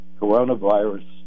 coronavirus